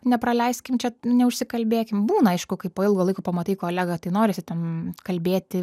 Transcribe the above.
nepraleiskim čia neužsikalbėkim būna aišku kai po ilgo laiko pamatai kolegą tai norisi ten kalbėti